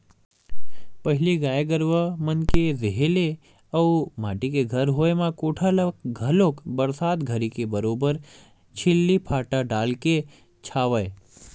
पहिली गाय गरुवा मन के रेहे ले अउ माटी के घर होय म कोठा ल घलोक बरसात घरी के बरोबर छिल्ली फाटा डालके छावय